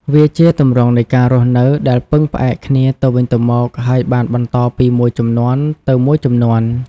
វាជាទម្រង់នៃការរស់នៅដែលពឹងផ្អែកគ្នាទៅវិញទៅមក ហើយបានបន្តពីមួយជំនាន់ទៅមួយជំនាន់។